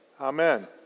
Amen